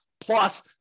plus